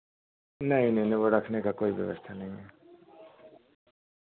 नहीं नहीं नहीं वह रखने का कोई व्यवस्था नहीं है